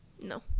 No